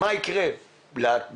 מה יקרה בעתיד,